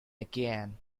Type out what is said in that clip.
again